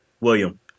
William